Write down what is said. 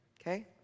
okay